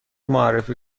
معرفی